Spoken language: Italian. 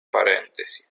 parentesi